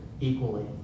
equally